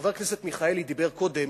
חבר הכנסת מיכאלי שאל קודם